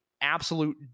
absolute